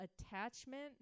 attachment